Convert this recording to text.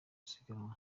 siganwa